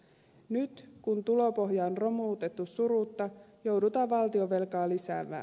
nyt kun tulopohja on romutettu surutta joudutaan valtionvelkaa lisäämään